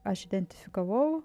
aš identifikavau